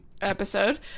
episode